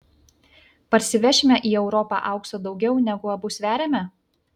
parsivešime į europą aukso daugiau negu abu sveriame